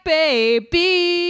baby